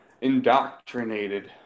indoctrinated